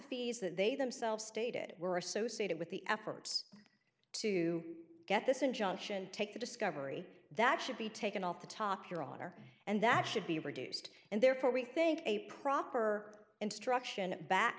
fees that they themselves stated were associated with the efforts to get this injunction take the discovery that should be taken off the top your honor and that should be reduced and therefore we think a proper instruction back